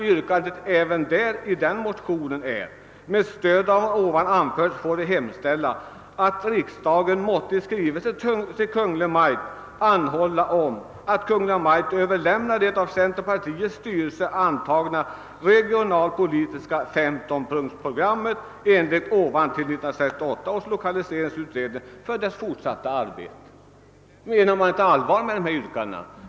Man säger i en annan motion följande: >Med stöd av vad ovan anförts får vi hemställa, att riksdagen måtte i skrivelse till Kungl. Maj:t anhålla om att Kungl. Maj:t överlämnar det av centerpartiets styrelse antagna regionalpolitiska 15-punktersprogrammet enligt ovan till 1968 års lokaliseringsutredning för dess fortsatta arbete.» Menade man inte allvar med dessa yrkanden?